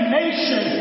nation